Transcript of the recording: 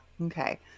okay